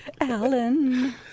Alan